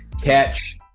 catch